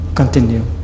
continue